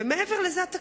מעבר לזה, התקציב,